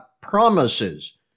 promises